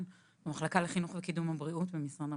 במחלקה לחינוך וקידום הבריאות במשרד הבריאות.